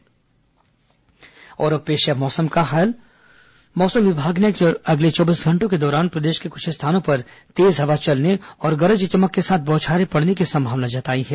मौसम और अब पेश है मौसम का हाल मौसम विभाग ने अगले चौबीस घंटों के दौरान प्रदेश के कुछ स्थानों पर तेज हवा चलने और गरज चमक के साथ बौछारें पड़ने की संभावना जताई है